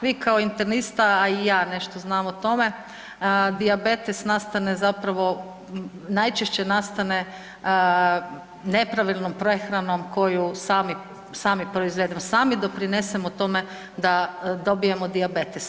Vi kao internista, a i ja nešto znam o tome dijabetes nastane zapravo, najčešće nastane nepravilnom prehranom koju sami proizvedemo, sami doprinesemo tome da dobijemo dijabetes.